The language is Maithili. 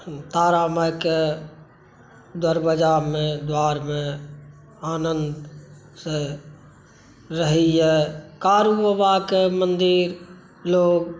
तारामाइके दरबज्जामे द्वारमे आनन्द से रहैया कारूबाबाके मन्दिर लोग